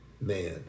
man